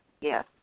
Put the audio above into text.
Yes